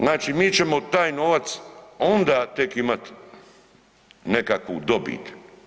Znači mi ćemo taj novac onda tek imat nekakvu dobit.